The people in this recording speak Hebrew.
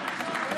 נתקבל.